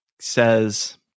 says